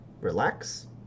relax